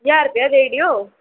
ज्हार रपेआ देई ओड़ेओ